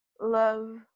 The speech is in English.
love